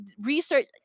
research